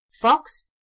Fox